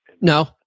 No